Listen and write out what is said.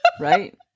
Right